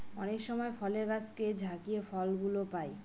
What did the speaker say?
অনেক সময় ফলের গাছকে ঝাকিয়ে ফল গুলো পাই